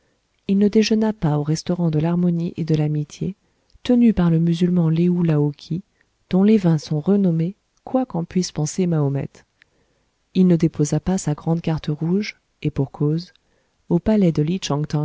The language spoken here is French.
il ne déjeuna pas au restaurant de l'harmonie et de l'amitié tenu par le musulman léou lao ki dont les vins sont renommés quoi qu'en puisse penser mahomet il ne déposa pas sa grande carte rouge et pour cause au palais de